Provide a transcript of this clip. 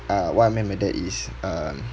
uh what I meant by that is um